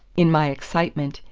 in my excitement,